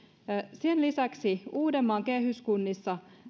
sen lisäksi uudenmaan kehyskunnissa